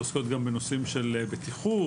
ועוסקות גם בנושאים של בטיחות,